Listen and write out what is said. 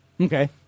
Okay